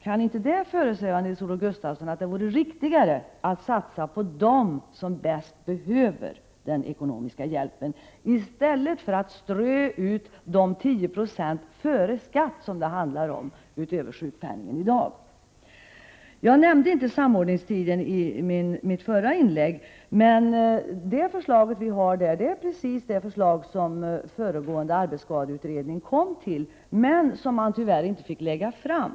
Kan det inte föresväva Nils-Olof Gustafsson att det vore riktigare att satsa på dem som bäst behöver den ekonomiska hjälpen i stället för att strö ut de 10 90 före skatt, som det handlar om, utöver sjukpenningen i dag? Jag nämnde inte samordningstiden i mitt förra inlägg. Men det som vi föreslår är detsamma som det som den föregående arbetsskadeutredningen kom fram till men som utredningen inte fick lägga fram.